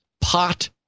pot